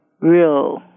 real